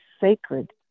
sacred